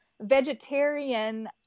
vegetarian